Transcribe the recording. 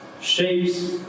shapes